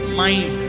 mind